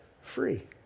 free